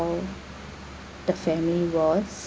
the family was